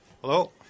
Hello